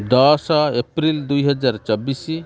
ଦଶ ଏପ୍ରିଲ ଦୁଇ ହଜାର ଚବିଶି